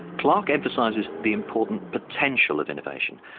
clark emphasises the important potential of innovation,